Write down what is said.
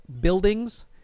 buildings